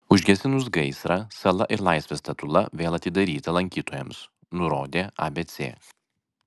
užgesinus gaisrą sala ir laisvės statula vėl atidaryta lankytojams nurodė abc